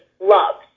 loves